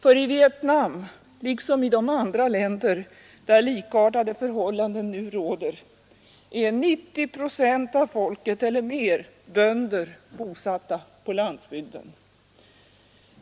För i Vietnam, liksom i de andra länder där likartade förhållanden nu råder, är 90 procent av folket eller mer bönder, bosatta på landsbygden.